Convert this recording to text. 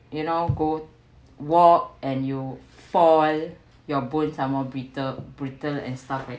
you know go walk and you fall your bones are more brittle brittle and stuff right